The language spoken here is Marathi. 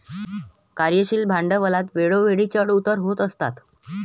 कार्यशील भांडवलात वेळोवेळी चढ उतार होत असतात